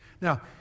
Now